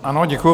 Ano, děkuji.